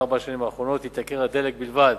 בארבע השנים האחרונות התייקר הדלק בלבד